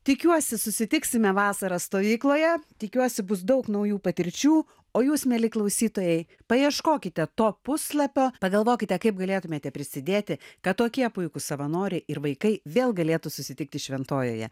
tikiuosi susitiksime vasarą stovykloje tikiuosi bus daug naujų patirčių o jūs mieli klausytojai paieškokite to puslapio pagalvokite kaip galėtumėte prisidėti kad tokie puikūs savanoriai ir vaikai vėl galėtų susitikti šventojoje